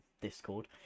discord